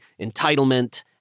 entitlement